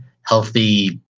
healthy